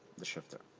the shifter.